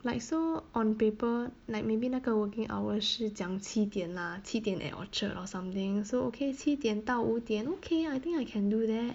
like so on paper like maybe 那个 working hour 是讲七点 lah 七点 at orchard or something so okay 七点到五点 okay I think I can do that